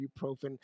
ibuprofen